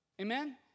Amen